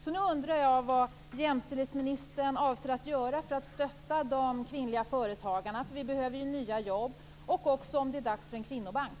Nu undrar jag vad jämställdhetsministern avser att göra för att stötta de kvinnliga företagarna, eftersom vi behöver nya jobb, och också om det är dags för en kvinnobank.